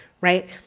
Right